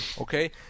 okay